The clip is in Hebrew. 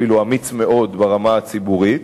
אפילו אמיץ מאוד, ברמה הציבורית.